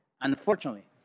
Unfortunately